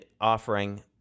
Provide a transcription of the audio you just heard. offering